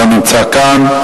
לא נמצא כאן,